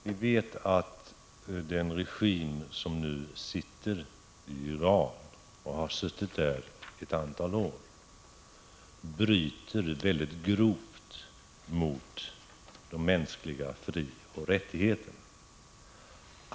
Vi vet att den regim som nu styr Iran och har gjort det ett antal år bryter väldigt grovt mot de mänskliga frioch rättigheterna.